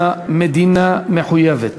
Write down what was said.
שהמדינה מחויבת